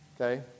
okay